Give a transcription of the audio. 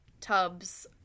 tubs